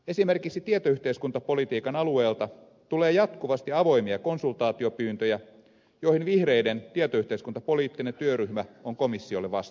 esimerkiksi tietoyhteiskuntapolitiikan alueelta tulee jatkuvasti avoimia konsultaatiopyyntöjä joihin vihreiden tietoyhteiskuntapoliittinen työryhmä on komissiolle vastannut